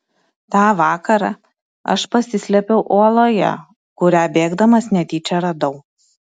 tą vakarą aš pasislėpiau uoloje kurią bėgdamas netyčia radau